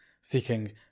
seeking